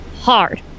hard